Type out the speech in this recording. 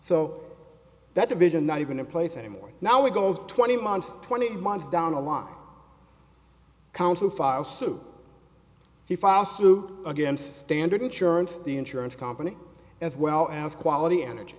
so that division not even in place anymore now we go twenty months twenty months down the line counsel file suit he filed suit against standard insurance the insurance company as well as quality energy